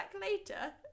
later